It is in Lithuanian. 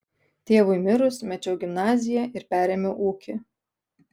tėvui mirus mečiau gimnaziją ir perėmiau ūkį